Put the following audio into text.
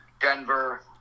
Denver